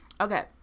Okay